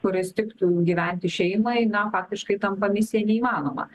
kuris tiktų gyventi šeimai na faktiškai tampa misija neįmanoma